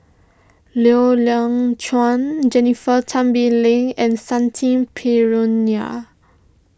Loy Chuan Jennifer Tan Bee Leng and Shanti